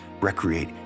recreate